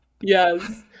yes